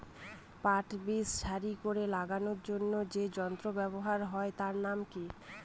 পাট বীজ সারি করে লাগানোর জন্য যে যন্ত্র ব্যবহার হয় তার নাম কি?